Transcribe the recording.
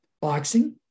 boxing